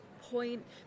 point